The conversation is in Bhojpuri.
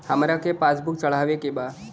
हमरा के पास बुक चढ़ावे के बा?